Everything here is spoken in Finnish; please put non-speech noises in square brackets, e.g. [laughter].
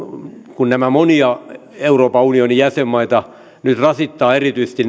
kun nämä turvapaikanhakijat ja tämä tilanne monia euroopan unionin jäsenmaita nyt rasittavat erityisesti [unintelligible]